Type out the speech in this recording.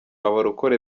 abarokore